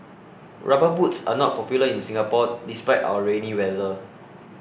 rubber boots are not popular in Singapore despite our rainy weather